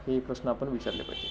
हे प्रश्न आपण विचारले पाहिजेत